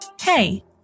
Hey